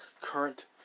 current